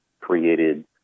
created